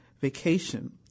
vacation